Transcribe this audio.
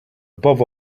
above